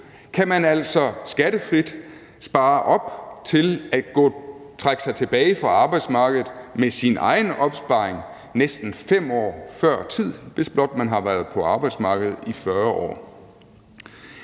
kan man altså skattefrit spare op til at trække sig tilbage fra arbejdsmarkedet med sin egen opsparing næsten 5 år før tid, hvis blot man har været på arbejdsmarkedet i 40 år.